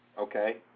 Okay